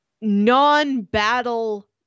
non-battle